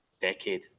decade